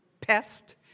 pest